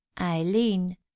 Eileen